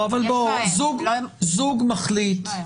אבל זוג מחליט,